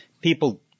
people –